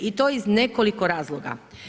I to iz nekoliko razloga.